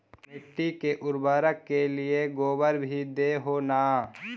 मिट्टी के उर्बरक के लिये गोबर भी दे हो न?